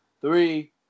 Three